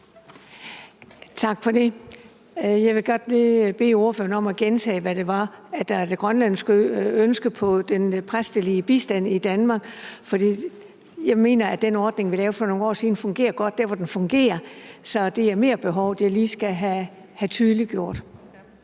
Tak for det. Jeg vil godt lige bede ordføreren om at gentage, hvad det er, der er det grønlandske ønske om den præstelige bistand i Danmark, for jeg mener, at den ordning, vi lavede for nogle år siden, fungerer godt der, hvor den fungerer. Så det er merbehovet, jeg lige skal have tydeliggjort.